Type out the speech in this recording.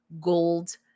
gold